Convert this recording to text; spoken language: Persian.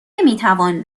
میتوان